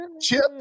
Chip